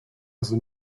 also